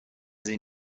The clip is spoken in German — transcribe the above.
sie